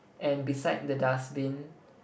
and beside the dustbin